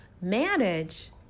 manage